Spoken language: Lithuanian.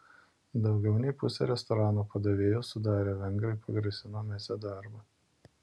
daugiau nei pusę restorano padavėjų sudarę vengrai pagrasino mesią darbą